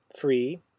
free